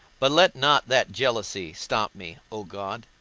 but let not that jealousy stop me, o god,